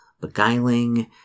Beguiling